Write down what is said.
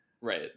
right